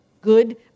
Good